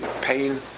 pain